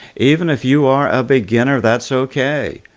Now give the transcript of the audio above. even if you are a beginner, that's okay!